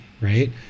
right